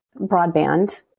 broadband